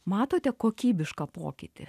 matote kokybišką pokytį